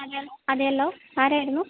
അതേല്ലോ ആരായിരുന്നു